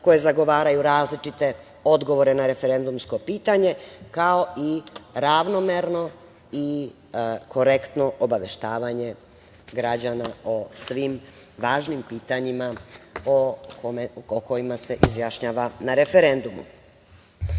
koje zagovaraju različite odgovore na referendumsko pitanje, kao i ravnomerno i korektno obaveštavanje građana o svim važnim pitanjima o kojima se izjašnjava na referendumu. Dakle,